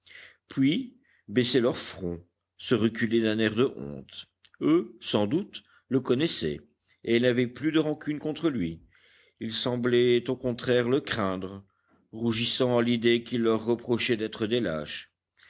puis baissaient le front se reculaient d'un air de honte eux sans doute le connaissaient et ils n'avaient plus de rancune contre lui ils semblaient au contraire le craindre rougissant à l'idée qu'il leur reprochait d'être des lâches